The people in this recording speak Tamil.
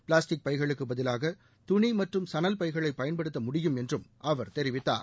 பிளாஸ்டிக் பைகளுக்கு பதிலாக துணி மற்றும் சணல் பைகளை பயன்படுத்த முடியும் என்றும் அவர் தெரிவித்தார்